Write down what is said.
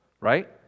right